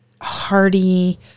hearty